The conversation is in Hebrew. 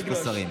יש פה שרים.